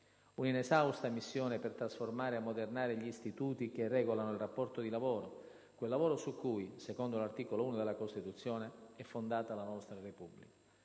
un'inesausta missione per trasformare e ammodernare gli istituti che regolano il rapporto di lavoro, quel lavoro su cui, secondo 1'articolo 1 della Costituzione, è fondata la nostra Repubblica.